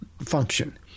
function